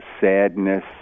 sadness